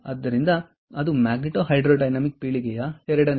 ಆದ್ದರಿಂದ ಅದು magneto hydrodynamic ಪೀಳಿಗೆಯ ಎರಡನೆಯದು